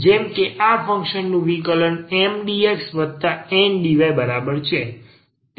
જેમ કે આ ફંક્શનનું વિકલન MdxNdy બરાબર છે